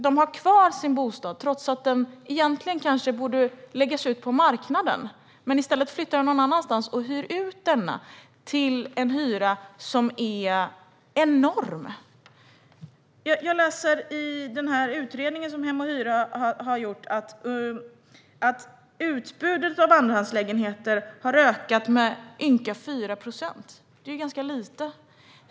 De har kvar sin bostad trots att den egentligen borde läggas ut på marknaden. I stället flyttar de någon annanstans och hyr ut bostaden till en enorm hyra. I den utredning som tidningen Hem & Hyra gjort framgår det att utbudet av andrahandslägenheter har ökat med ynka 4 procent. Det är lite.